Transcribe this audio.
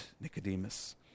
Nicodemus